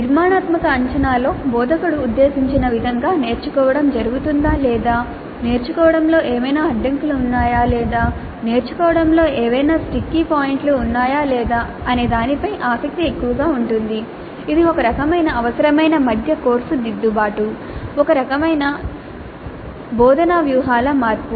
నిర్మాణాత్మక అంచనాలో బోధకుడు ఉద్దేశించిన విధంగా నేర్చుకోవడం జరుగుతుందా లేదా నేర్చుకోవడంలో ఏమైనా అడ్డంకులు ఉన్నాయా లేదా నేర్చుకోవడంలో ఏవైనా స్టిక్కీ పాయింట్లు ఉన్నాయా లేదా అనేదానిపై ఆసక్తి ఎక్కువగా ఉంటుంది ఇది ఒక రకమైన అవసరమైన మధ్య కోర్సు దిద్దుబాటు ఒక రకమైన a బోధనా వ్యూహాల మార్పు